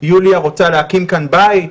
יוליה רוצה להקים כאן בית,